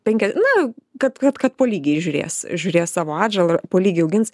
penkia na kad kad kad po lygiai žiūrės žiūrės savo atžalą po lygiai augins